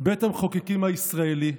בית המחוקקים הישראלי,